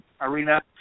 arena